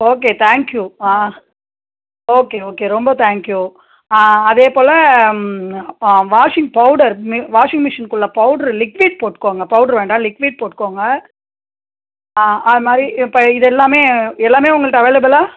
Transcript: okay thank you ஆ okay okay ரொம்ப thank you அதே போல் வாஷிங் பவுடர் மெ வாஷிங் மிஷின்க்குள்ளே பவுட்ரு லிக்விட் போட்டுக்கோங்க பவுட்ரு வேண்டாம் லிக்விட் போட்டுக்கோங்க அதுமாதிரி இப்போ இது எல்லாமே எல்லாமே உங்கள்கிட்ட அவைளபுலா